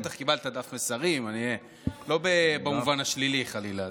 בטח קיבלת דף מסרים, לא במובן השלילי, חלילה.